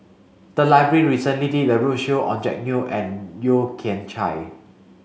the library recently did a roadshow on Jack Neo and Yeo Kian Chai